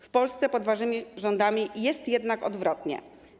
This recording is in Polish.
W Polsce pod waszymi rządami jest jednak odwrotnie.